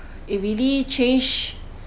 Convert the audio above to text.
it really change